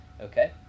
okay